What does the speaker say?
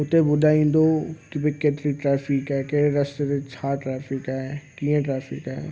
उते ॿुधाईंदो की भाई केतिरी ट्रैफ़िक आहे कहिड़े रस्ते ते छा ट्रैफ़िक आहे कीअं ट्रैफ़िक आहे